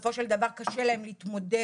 בסופו של דבר קשה להם להתמודד